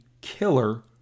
killer